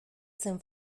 zen